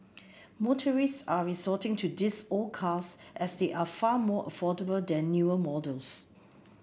motorists are resorting to these old cars as they are far more affordable than newer models